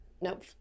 Nope